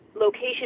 location